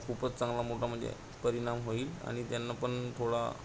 खूपच चांगला मोठा म्हणजे परिणाम होईल आणि त्यांना पण थोडा